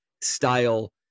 style